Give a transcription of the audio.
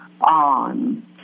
on